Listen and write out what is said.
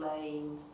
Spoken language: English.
Lane